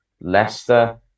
Leicester